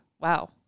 wow